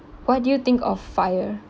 what do you think of fire